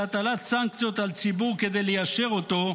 הטלת סנקציות על ציבור כדי ליישר אותו,